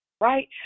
right